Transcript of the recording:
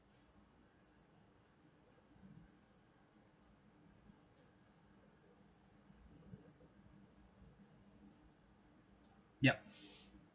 yup